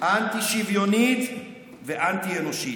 אנטי-שוויונית ואנטי-אנושית,